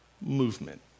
Movement